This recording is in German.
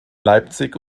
leipzig